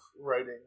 writing